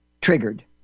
triggered